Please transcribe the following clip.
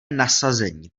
nasazení